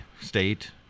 state